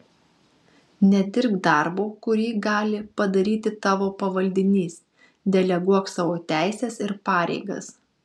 nedirbk darbo kurį gali padaryti tavo pavaldinys deleguok savo teises ir pareigas